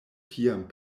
tiam